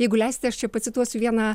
jeigu leisite aš čia pacituosiu vieną